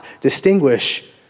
distinguish